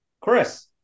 Chris